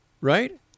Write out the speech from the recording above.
Right